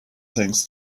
things